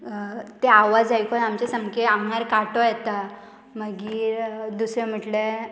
ते आवाज आयकून आमचे सामके आंगार कांटो येता मागीर दुसरें म्हटल्यार